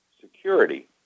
security